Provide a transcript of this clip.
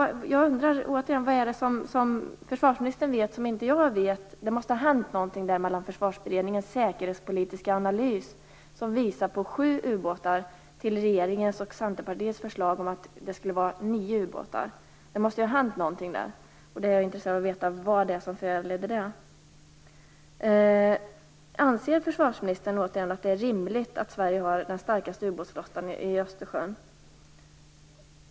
Jag undrar återigen: Vad är det försvarsministern vet som inte jag vet? Det måste ha hänt någonting från Försvarsberedningens säkerhetspolitiska analys som visar på sju ubåtar till regeringens och Centerpartiets förslag om att det skall vara nio ubåtar. Det måste ha hänt någonting där, och jag är intresserad av att veta vad det var som föranledde den ändringen. Anser försvarsministern att det är rimligt att Sverige har den starkaste ubåtsflottan i Östersjön?